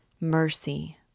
Mercy